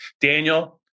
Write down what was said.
Daniel